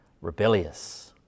rebellious